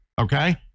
Okay